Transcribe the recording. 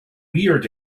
reared